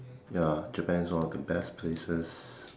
ya Japan saw the best places